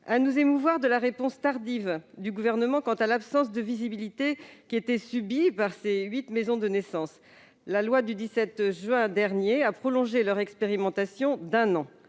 à nous émouvoir de la réponse tardive du Gouvernement quant à l'absence de visibilité subie par les huit maisons de naissance. La loi du 17 juin dernier a prolongé leur expérimentation d'un an.